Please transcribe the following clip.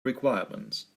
requirements